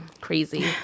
crazy